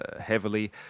heavily